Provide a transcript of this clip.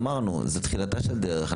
אמרנו, זו תחילתה של דרך.